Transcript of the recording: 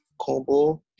Combo